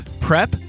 prep